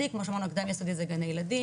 כמו שאמרנו הקדם יסודי זה גני ילדים,